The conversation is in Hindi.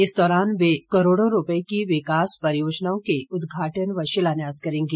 इस दौरान वे करोड़ों रूपए की विकास परियोजनाओं के उद्घाटन व शिलान्यास करेंगे